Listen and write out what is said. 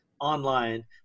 online